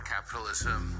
Capitalism